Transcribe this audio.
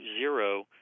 zero